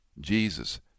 Jesus